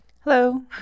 Hello